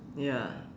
ya